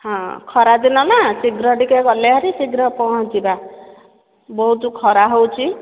ହଁ ଖରା ଦିନ ନା ଶୀଘ୍ର ଟିକେ ଗଲେ ବାହାରି ଶୀଘ୍ର ପହଁଞ୍ଚିବା ବହୁତ ଖରା ହେଉଛି